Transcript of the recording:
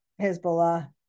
Hezbollah